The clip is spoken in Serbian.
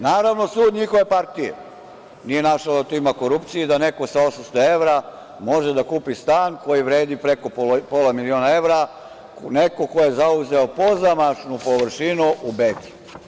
Naravno, sud njihove partije nije našao da tu ima korupcije i da neko sa 800 evra može da kupi stan koji vredi preko pola miliona evra, neko ko je zauzeo pozamašnu površinu u Beču.